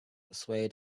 swayed